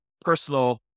personal